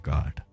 God।